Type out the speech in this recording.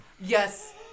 Yes